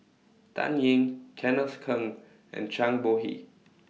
Dan Ying Kenneth Keng and Zhang Bohe